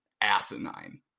asinine